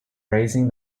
raising